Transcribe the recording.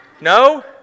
No